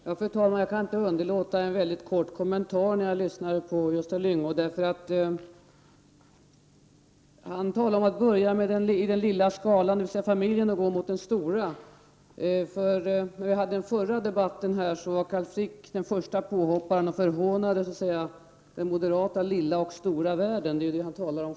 Fru talman! Jag kan inte underlåta att komma med en kort kommentar efter att ha lyssnat på Gösta Lyngå. Han talar om att börja i den lilla skalan, dvs. familjen, och gå mot den stora. Vid den förra debatten som fördes här i kammaren var Carl Frick den första angriparen av den moderata lilla och stora världen, något som han förhånade.